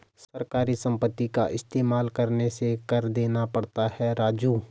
सरकारी संपत्ति का इस्तेमाल करने से कर देना पड़ता है राजू